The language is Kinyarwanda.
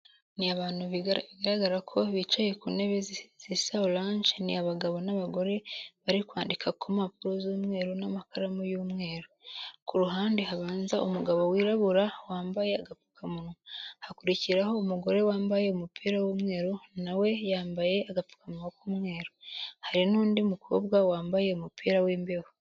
Ni abantu bigaragara ko bicaye ku ntebe zisa oranje. Ni qbagabo n'abgore bari kwandika ku mpapuro z'umweru n'amakaramu y'umweru. Ku ruhande habanza umugabo wirabura wambaye agapfukamunywa, hakurikiraho umugore wambaye umupira w'umweru na we yambaye agapfukamunwa k'umweru, hari n'undi mukobwa wambaye umupira w'imbeho.